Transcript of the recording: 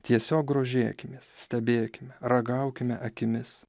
tiesiog grožėkimės stebėkime ragaukime akimis